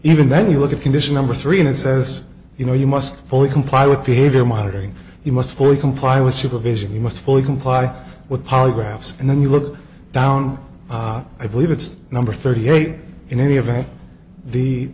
even then you look at condition number three and it says you know you must only comply with behavior monitoring you must fully comply with supervision you must fully comply with polygraphs and then you look down i believe it's number thirty eight in any event the